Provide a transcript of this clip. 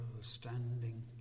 standing